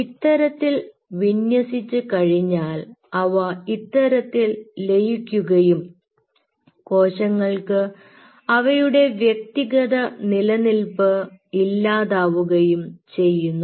ഇത്തരത്തിൽ വിന്യസിച്ചു കഴിഞ്ഞാൽ അവ ഇത്തരത്തിൽ ലയിക്കുകയും കോശങ്ങൾക്ക് അവയുടെ വ്യക്തിഗത നിലനിൽപ്പ് ഇല്ലാതാവുകയും ചെയ്യുന്നു